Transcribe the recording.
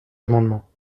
amendements